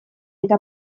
eta